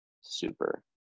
super